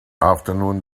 afternoon